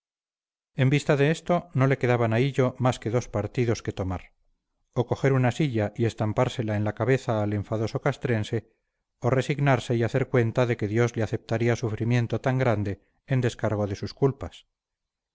en vista de esto no le quedaban a hillo más que dos partidos que tomar o coger una silla y estampársela en la cabeza al enfadoso castrense o resignarse y hacer cuenta de que dios le aceptaría sufrimiento tan grande en descargo de sus culpas